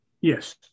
Yes